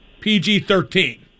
PG-13